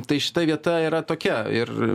tai šita vieta yra tokia ir